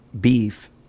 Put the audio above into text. beef